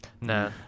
Nah